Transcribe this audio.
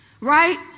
Right